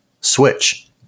Switch